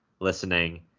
listening